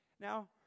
now